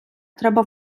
треба